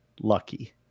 Lucky